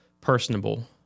personable